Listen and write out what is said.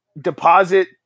Deposit